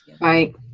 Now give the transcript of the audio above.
right